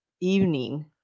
evening